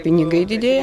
pinigai didėja